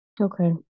Okay